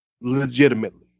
legitimately